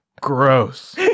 Gross